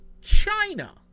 China